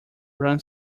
run